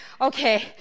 okay